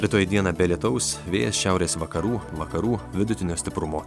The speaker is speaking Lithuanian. rytoj dieną be lietaus vėjas šiaurės vakarų vakarų vidutinio stiprumo